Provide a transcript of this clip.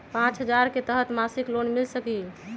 पाँच हजार के तहत मासिक लोन मिल सकील?